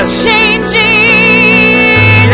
changing